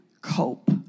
cope